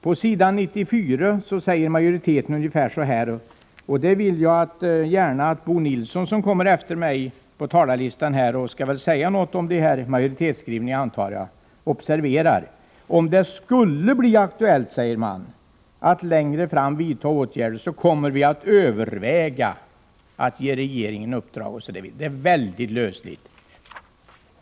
På s. 94 i utskottsbetänkandet säger majoriteten — och det vill jag gärna att Bo Nilsson, som kommer efter mig på talarlistan och som, antar jag, kommer att säga någonting om majoritetsskrivningen, observerar — ungefär så här: Om det skulle bli aktuellt att längre fram vidta åtgärder kommer vi att överväga att ge regeringen i uppdrag, osv. Man uttrycker sig således väldigt lösligt.